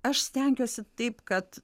aš stengsiuosi taip kad